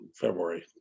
February